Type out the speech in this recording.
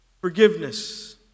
Forgiveness